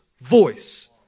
voice